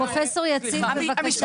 פרופ' יציב, בבקשה.